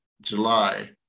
July